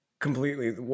Completely